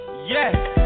Yes